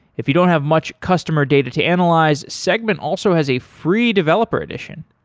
if you don't have much customer data to analyze, segment also has a free developer edition.